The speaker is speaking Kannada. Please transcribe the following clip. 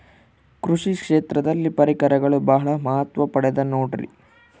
ಕೃಷಿ ಕ್ಷೇತ್ರದಲ್ಲಿ ಪರಿಕರಗಳು ಬಹಳ ಮಹತ್ವ ಪಡೆದ ನೋಡ್ರಿ?